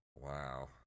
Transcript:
Wow